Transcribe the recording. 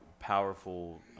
powerful